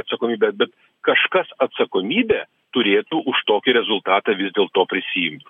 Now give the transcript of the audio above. atsakomybė bet kažkas atsakomybę turėtų už tokį rezultatą vis dėlto prisiimt